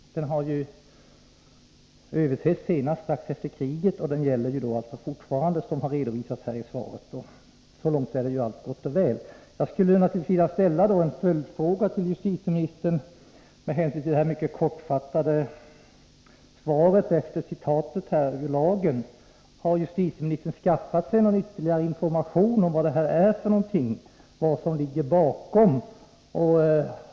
Senast den sågs över var strax efter kriget. Som redovisades i svaret gäller den fortfarande. Så långt är allt gott och väl. Jag skulle vilja ställa ett par följdfrågor till justitieministern, eftersom svaret var mycket kortfattat efter citatet ur lagtexten. Har justitieministern skaffat sig någon ytterligare information om vad den här företeelsen är för någonting och vad som ligger bakom?